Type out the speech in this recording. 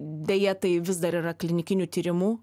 deja tai vis dar yra klinikinių tyrimų